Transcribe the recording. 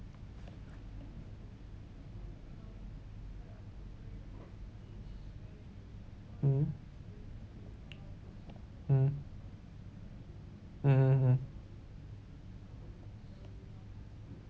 mmhmm mm mm mm mm